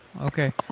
Okay